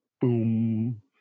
Boom